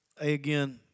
again